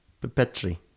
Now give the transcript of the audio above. perpetually